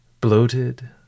bloated